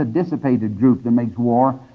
ah dissipated group that makes war,